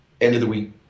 end-of-the-week